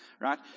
Right